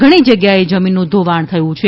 ઘણી જગ્યાએ જમીનનું ધોવાણ થયું છે